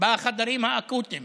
בחדרים האקוטיים